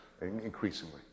increasingly